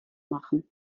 machen